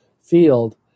field